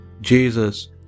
Jesus